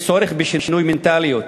יש צורך בשינוי מנטליות.